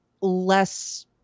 less